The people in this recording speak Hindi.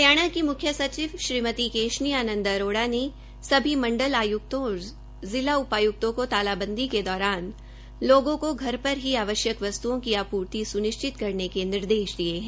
हरियाणा की म्ख्य सचिव श्रीमती केशनी आनंद अरोडा ज्ञे सभी मंडल आयुक्तों और जिला उपायुक्तों को तालाबंदी के दौरान लोगों को घर पर ही आवश्यक वसतुओं की आपूर्ति सुनिश्सित करने के निर्देश दिये है